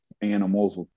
animals